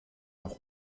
noch